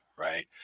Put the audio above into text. right